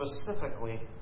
specifically